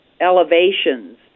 elevations